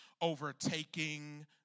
overtaking